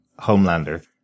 Homelander